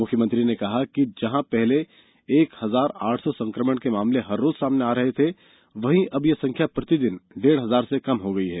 मुख्यमंत्री ने बताया कि जहा पहले जहा पहले एक हजार आठ सौ संकमण के मामले प्रतिदिन सामने आ रहे थे वहीं अब यह संख्या प्रतिदिन डेढ़ हजार से कम हो गई है